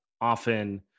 often